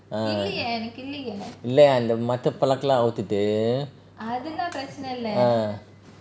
ah இல்ல அந்த மத்த:illa antha matha plug lah அவுத்துட்டு:avuthutu ah